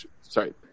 sorry